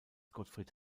gottfried